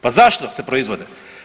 Pa zašto se proizvode?